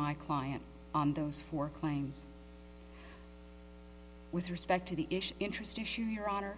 my client on those four claims with respect to the issue interesting issue your honor